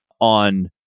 on